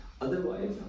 Otherwise